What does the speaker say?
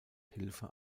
hilfe